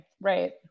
right